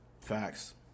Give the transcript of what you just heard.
Facts